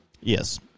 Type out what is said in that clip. Yes